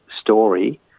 story